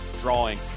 drawing